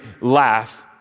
laugh